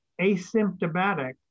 asymptomatic